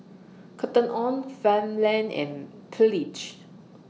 Cotton on Farmland and Pledge